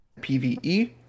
PVE